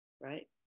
right